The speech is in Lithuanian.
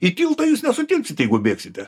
į tiltą jūs nesutilpsit jeigu bėgsite